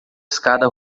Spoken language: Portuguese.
escada